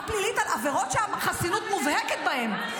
פלילית על עבירות שהחסינות מובהקת בהם.